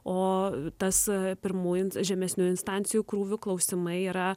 o tas pirmųjų žemesnių instancijų krūvių klausimai yra